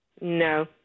No